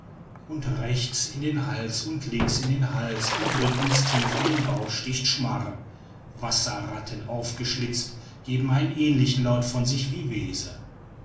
und rechts in den hals und links in den hals und drittens tief in den bauch sticht schmar wasserratten aufgeschlitzt geben einen ähnlichen laut von sich wie